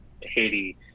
Haiti